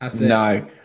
no